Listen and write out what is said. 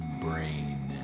Brain